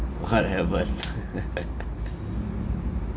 what happened